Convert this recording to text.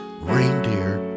reindeer